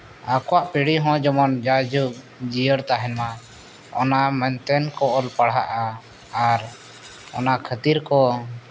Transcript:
ᱟᱠᱚᱣᱟᱜ ᱯᱤᱲᱦᱤ ᱦᱚᱸ ᱡᱮᱢᱚᱱ ᱡᱟᱭ ᱡᱩᱜᱽ ᱡᱤᱭᱟᱹᱲ ᱛᱟᱦᱮᱱᱢᱟ ᱚᱱᱟ ᱢᱮᱱᱛᱮᱫ ᱠᱚ ᱚᱞ ᱯᱟᱲᱦᱟᱜᱼᱟ ᱟᱨ ᱚᱱᱟ ᱠᱷᱟᱹᱛᱤᱨ ᱠᱚ